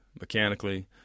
mechanically